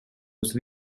was